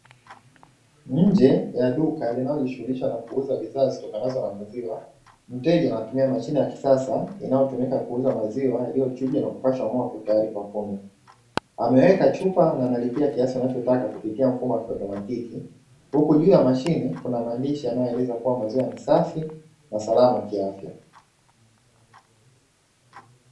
Nje ya duka linalojishughulisha na kuuza bidhaa zitokanazo na maziwa, mteja anatumia mashine ya kisasa inayotumika kuuza maziwa yaliyochuja na kupashwa moto tayari kwa kunywa. Ameweka chupa na analipia kiasi anachotaka kupitia mfumo wa kiatomatiki, huku juu ya mashine kuna maandishi yanayoeleza kuwa maziwa ni safi na salama kiafya .